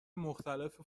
مختلف